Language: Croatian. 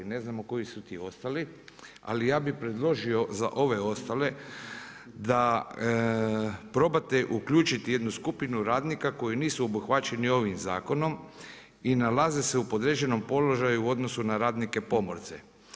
Ne znamo koji su ti ostali, ali ja bih predložio za ove ostale da probate uključiti jednu skupinu radnika koji nisu obuhvaćeni ovim zakonom i nalaze se u podređenom položaju u odnosu na radnike pomorce.